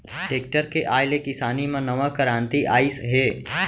tractor के आए ले किसानी म नवा करांति आइस हे